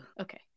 okay